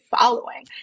following